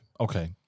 okay